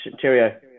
Cheerio